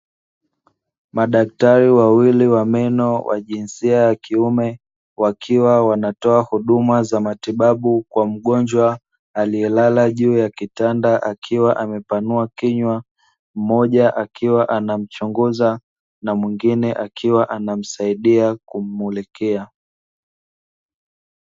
Madaktari wawili wa meno wa jinsia ya kiume wakiwa wanatoa huduma za matibabu kwa mgonjwa aliyelala juu ya kitanda akiwa amepanua kinywa mmoja akiwa anamchunguza na mwingine akiwa anamsaidia kummulikia.